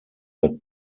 that